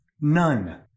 None